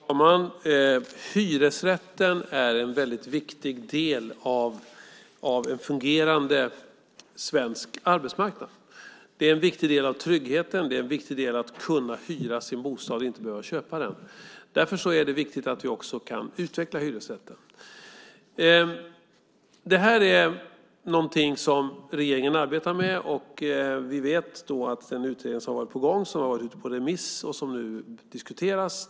Fru talman! Hyresrätten är en väldigt viktig del av en fungerande svensk arbetsmarknad. Den är en viktig del av tryggheten, och det är en viktig del att kunna hyra sin bostad och inte behöva köpa den. Därför är det viktigt att vi också kan utveckla hyresrätten. Det här är någonting som regeringen arbetar med. Vi vet ju att det har varit en utredning och att den har varit ute på remiss och nu diskuteras.